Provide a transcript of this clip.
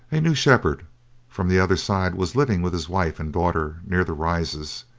a new shepherd from the other side was living with his wife and daughter near the rises,